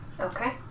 Okay